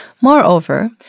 Moreover